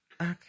okay